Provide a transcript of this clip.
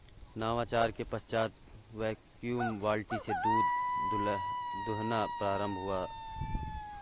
नवाचार के पश्चात वैक्यूम बाल्टी से दूध दुहना प्रारंभ हुआ